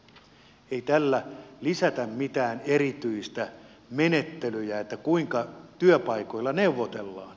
ei tällä lisätä mitään erityisiä menettelyjä siitä kuinka työpaikoilla neuvotellaan